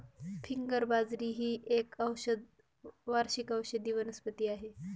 finger बाजरी ही एक वार्षिक औषधी वनस्पती आहे